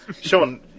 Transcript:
Sean